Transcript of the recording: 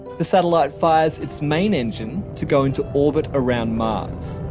the satellite fires its main engine to go into orbit around mars